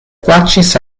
plaĉis